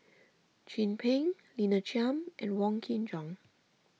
Chin Peng Lina Chiam and Wong Kin Jong